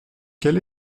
quel